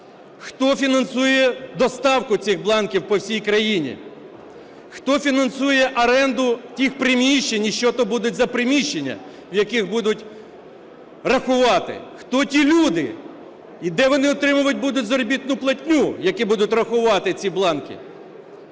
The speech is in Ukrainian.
Хто фінансує доставку цих бланків по всій країні? Хто фінансує оренду тих приміщень і що то будуть за приміщення, в яких будуть рахувати? Хто ті люди і де вони отримувати будуть заробітну платню, які будуть рахувати ці бланки?